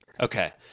okay